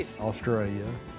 Australia